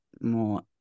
more